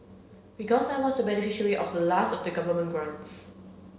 because I was beneficiary of the last of the government grants